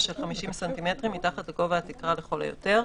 של 50 ס"מ מתחת לגובה התקרה לכל היותר,